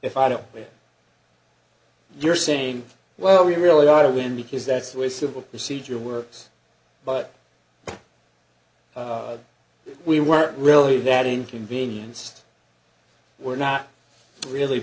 if i don't play you're saying well we really ought to win because that's the way civil procedure works but if we were really that inconvenienced we're not really